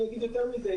אני אגיד יותר מזה.